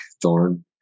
Thorn